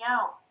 out